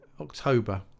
October